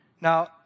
Now